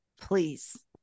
please